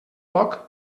poc